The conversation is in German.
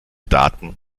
daten